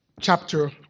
chapter